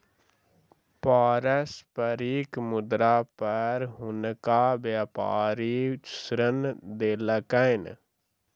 पारस्परिक मुद्रा पर हुनका व्यापारी ऋण देलकैन